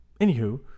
Anywho